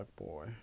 boy